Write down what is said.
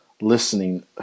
listening